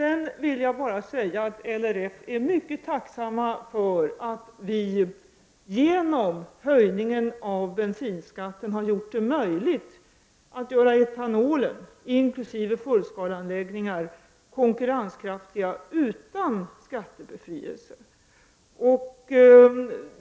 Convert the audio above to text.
Inom LRF är man mycket tacksam för att vi genom höjningen av bensinskatten har gjort det möjligt att göra etanolen, inkl. fullskaleanläggningar, konkurrenskraftig utan skattebefrielse.